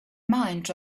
mind